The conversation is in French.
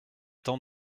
temps